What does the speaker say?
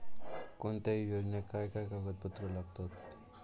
कोणत्याही योजनेक काय काय कागदपत्र लागतत?